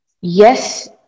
yes